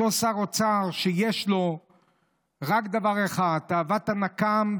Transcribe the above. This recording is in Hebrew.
אותו שר אוצר שיש לו רק דבר אחד: תאוות נקם,